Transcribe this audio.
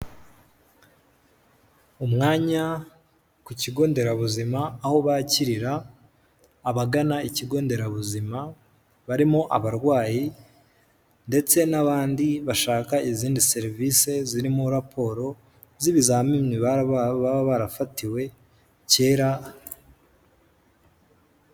Umwanya ku kigo nderabuzima aho bakirira abagana ikigo nderabuzima barimo abarwayi ndetse n'abandi bashaka izindi serivisi zirimo raporo z'ibizamini baba barafatiwe kera.